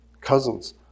Cousins